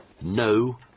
no